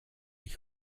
ich